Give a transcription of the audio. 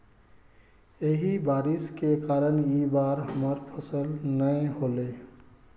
यही बारिश के कारण इ बार हमर फसल नय होले?